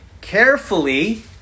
carefully